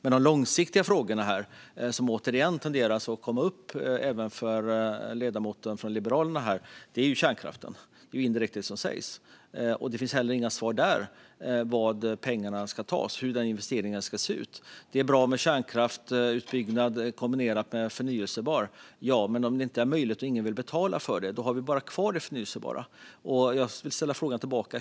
Men de långsiktiga frågorna som återigen tenderar att komma upp även från ledamoten från Liberalerna handlar om kärnkraften. Det är indirekt detta som sägs. Det finns inga svar där heller om var pengarna ska tas och hur den investeringen ska se ut. Det är bra med kärnkraftsutbyggnad kombinerat med förnybart - ja. Men om det inte är möjligt och om ingen vill betala för det har vi bara kvar det förnybara. Jag vill ställa en fråga tillbaka.